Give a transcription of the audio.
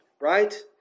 Right